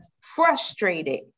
frustrated